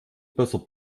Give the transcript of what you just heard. besser